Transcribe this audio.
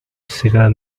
cigar